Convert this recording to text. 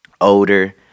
older